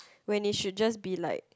when you should just be like